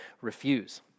refuse